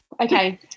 okay